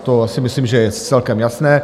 To si myslím, že je celkem jasné.